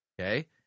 Okay